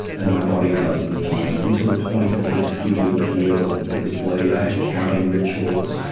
and my body dozens of times, until the point that my skin would peel and it would bleed. i had counting rituals,